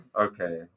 Okay